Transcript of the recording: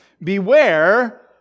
Beware